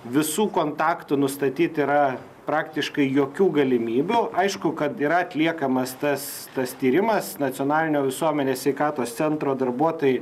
visų kontaktų nustatyt yra praktiškai jokių galimybių aišku kad yra atliekamas tas tas tyrimas nacionalinio visuomenės sveikatos centro darbuotojai